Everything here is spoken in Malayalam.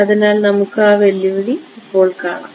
അതിനാൽ നമുക്ക് ആ വെല്ലുവിളി ഇപ്പോൾ കാണാം